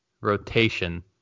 rotation